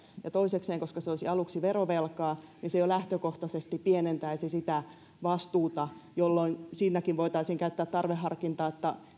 ja toisekseen koska se olisi aluksi verovelkaa se jo lähtökohtaisesti pienentäisi sitä vastuuta jolloin siinäkin voitaisiin käyttää tarveharkintaa